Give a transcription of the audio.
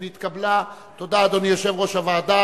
הוא ויתר.